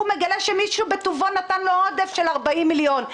הוא מגלה שמישהו בטובו נתן לו עודף של 40 מיליון,